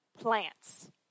plants